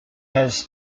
has